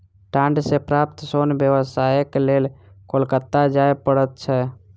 डांट सॅ प्राप्त सोन व्यवसायक लेल कोलकाता जाय पड़ैत छै